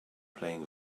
playing